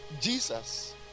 Jesus